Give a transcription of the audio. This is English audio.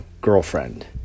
girlfriend